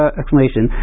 explanation